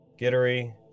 Gittery